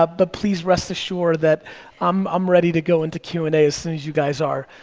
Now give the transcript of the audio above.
ah but please rest assured that i'm um ready to go into q and a as soon as you guys are.